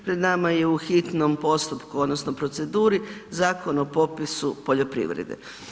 Pred nama je u hitnom postupku odnosno proceduri Zakon o popisu poljoprivrede.